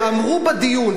אמרו בדיון,